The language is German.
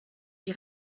die